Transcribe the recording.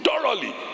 thoroughly